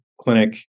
clinic